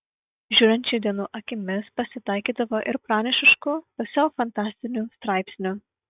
žiūrint šių dienų akimis pasitaikydavo ir pranašiškų pusiau fantastinių straipsnių